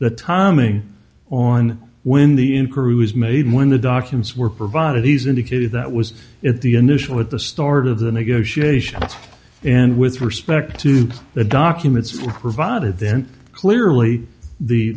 the timing on when the inquiry was made when the documents were provided he's indicated that was at the initial at the start of the negotiations and with respect to the documents provided then clearly the